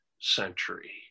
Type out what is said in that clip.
century